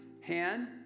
hand